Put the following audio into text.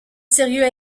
sérieux